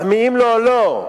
מחמיאים לו או לא.